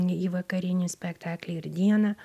į į vakarinį spektaklį ir dieną